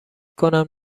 کنم